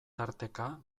tarteka